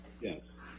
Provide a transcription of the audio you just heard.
Yes